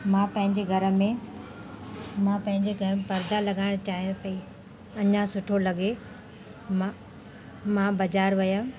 मां पंहिंजे घर में मां पंहिंजे घर में परदा लॻाइण चाहियां पई अञा सुठो लॻे मां मां बाज़ारि वियमि